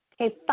Okay